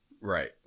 Right